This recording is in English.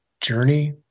journey